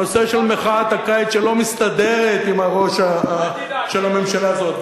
הנושא של מחאת הקיץ שלא מסתדרת עם הראש של הממשלה הזאת,